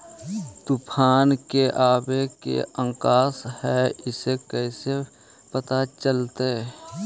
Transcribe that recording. तुफान के आबे के आशंका है इस कैसे पता चलतै?